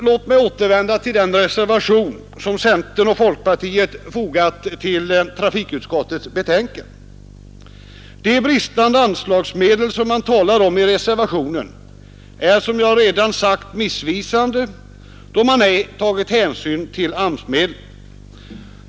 Låt mig återvända till den reservation som centern och folkpartiet fogat till trafikutskottets betänkande. Talet i reservationen om bristande anslagsmedel är som jag redan sagt missvisande, då man ej tagit hänsyn till AMS-medlen.